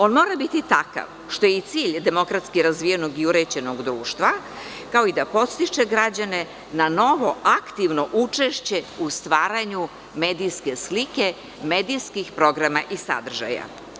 On mora biti takav, što je i cilj demokratski razvijenog i uređenog društva, kao i da podstiče građane na novo, aktivno učešće u stvaranju medijske slike medijskih programa i sadržaja.